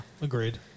agreed